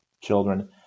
children